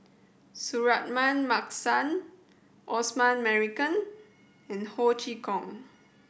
Suratman Markasan Osman Merican and Ho Chee Kong